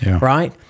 right